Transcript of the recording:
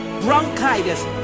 bronchitis